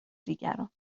دیگران